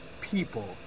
people